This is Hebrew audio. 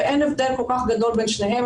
ואין הבדל כל כך גדול בין שניהם,